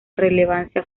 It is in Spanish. relevancia